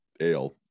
ale